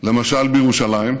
למשל בירושלים,